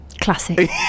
classic